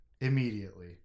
immediately